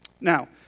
Now